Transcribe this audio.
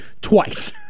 twice